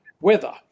weather